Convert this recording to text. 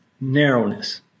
narrowness